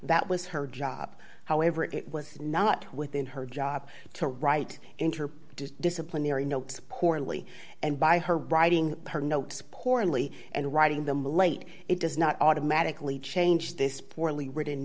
that was her job however it was not within her job to write in her disciplinary notes poorly and by her writing her notes poorly and writing them late it does not automatically change this poorly